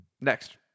Next